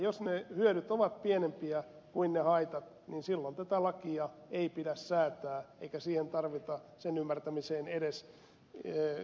jos ne hyödyt ovat pienempiä kuin ne haitat niin silloin tätä lakia ei pidä säätää eikä sen ymmärtämiseen tarvita edes ihmisoikeustuomioistuinta